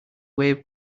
wave